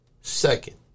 Second